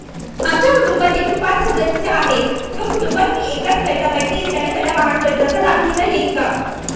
आमच्या कुटुंबात एकूण पाच सदस्य आहेत व कुटुंबात मी एकटाच कर्ता व्यक्ती असल्याने मला वाहनकर्जाचा लाभ घेता येईल का?